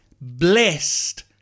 blessed